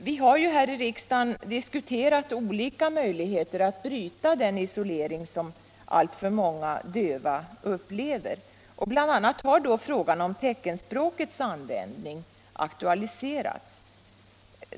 Vi har ju här i riksdagen diskuterat olika möjligheter att bryta den isolering som alltför många döva upplever, och bl.a. har då frågan om teckenspråkets användning aktualiserats.